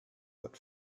that